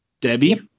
Debbie